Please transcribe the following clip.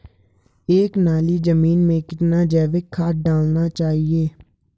एक नाली जमीन में कितना जैविक खाद डालना चाहिए?